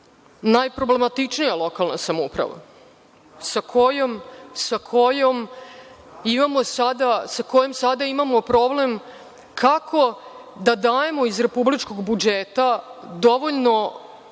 najproblematičnija lokalna samouprava, sa kojom sada imamo problem kako da dajemo iz republičkog budžeta dovoljno